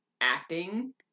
acting